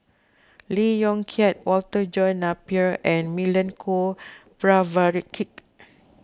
Lee Yong Kiat Walter John Napier and Milenko Prvacki